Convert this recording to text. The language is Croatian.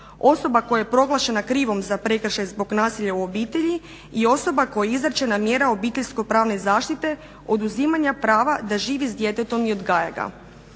osoba koja je proglašena krivom za prekršaj zbog nasilja u obitelji i osoba kojoj je izrečena mjera obiteljsko pravne zaštite, oduzimanja prava da živi s djetetom i odgaja ga.